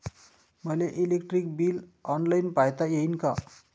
मले electric bill online पायता येईन का?